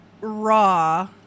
Raw